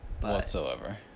whatsoever